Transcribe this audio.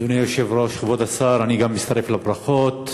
אדוני היושב-ראש, כבוד השר, אני גם מצטרף לברכות.